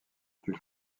plus